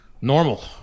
normal